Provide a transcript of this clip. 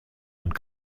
und